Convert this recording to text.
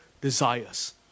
desires